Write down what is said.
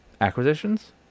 acquisitions